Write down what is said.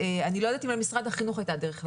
אני לא יודעת אם למשרד החינוך הייתה דרך לדעת.